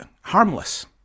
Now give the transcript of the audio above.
harmless